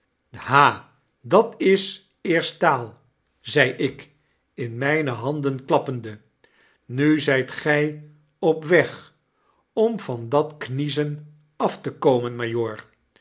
ha dat is eerst taal zei ik inmynehanden klappende nu zflt gy op weg om van dat kniezen af te komen majoor